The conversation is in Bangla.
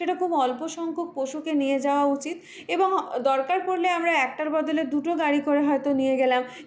সেটা খুব অল্প সংখ্যক পশুকে নিয়ে যাওয়া উচিত এবং দরকার পড়লে আমরা একটার বদলে দুটো গাড়ি করে হয়তো নিয়ে গেলাম